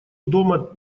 дома